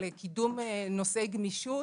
של קידום נושאי גמישות,